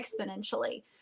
exponentially